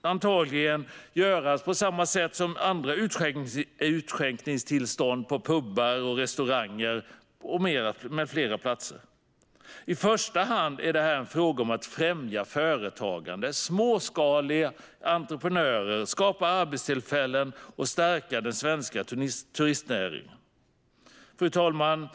antagligen göras på samma sätt som när det gäller andra utskänkningstillstånd på pubar, restauranger med flera platser. I första hand är detta en fråga om att främja företagande i form av småskaligt entreprenörskap, skapa arbetstillfällen och stärka den svenska turistnäringen. Fru talman!